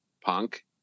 punk